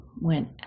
went